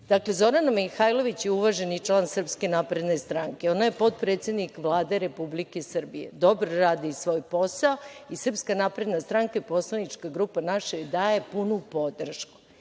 Zorana Mihajlović je uvaženi član Srpske napredne stranke. Ona je potpredsednik Vlade Republike Srbije. Dobro radi svoj posao i Srpska napredna stranka i naša poslanička grupa joj daje punu podršku.